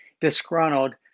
disgruntled